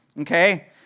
okay